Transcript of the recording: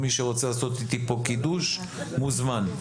מי שרוצה לעשות איתי פה קידוש, מוזמן.